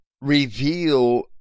reveal